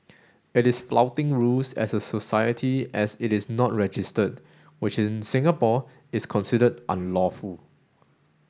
it is flouting rules as a society as it is not registered which in Singapore is considered unlawful